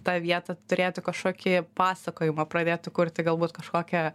tą vietą turėtų kažkokį pasakojimą pradėti kurti galbūt kažkokią